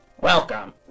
welcome